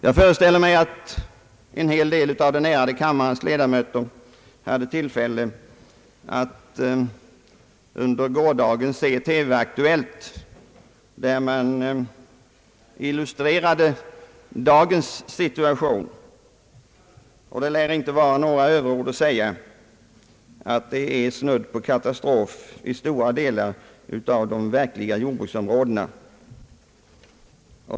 Jag föreställer mig att en hel del av kammarens ärade ledamöter under gårdagen hade tillfälle att se TV-Aktuellt, som illustrerade dagens situation. Det torde inte vara några överord att säga att det är snudd på katastrof i stora delar av de verkliga jordbruksområdena.